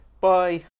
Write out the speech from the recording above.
Bye